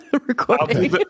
recording